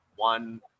one